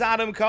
Adam